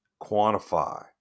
quantify